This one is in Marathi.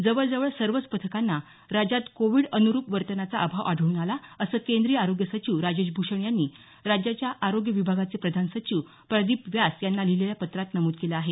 जवळजवळ सर्वच पथकांना राज्यात कोविड अनुरुप वर्तनाचा अभाव आढळून आला असं केंद्रीय आरोग्य सचिव राजेश भूषण यांनी राज्याच्या आरोग्य विभागाचे प्रधान सचिव प्रदिप व्यास यांना लिहलेल्या पत्रात नमूद केलं आहे